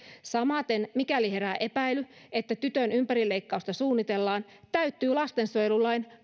samaten mikäli herää epäily että tytön ympärileikkausta suunnitellaan täyttyy lastensuojelulain